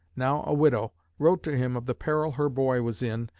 now a widow, wrote to him of the peril her boy was in,